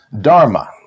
Dharma